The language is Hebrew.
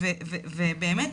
באמת,